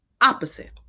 opposite